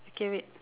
okay wait